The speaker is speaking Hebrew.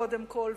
קודם כול,